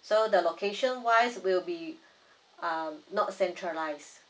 so the location wise will be err not centralised